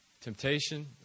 temptation